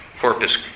Corpus